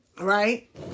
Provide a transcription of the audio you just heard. right